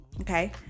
okay